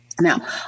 Now